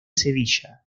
sevilla